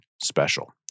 special